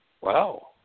Wow